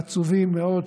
העצובים מאוד,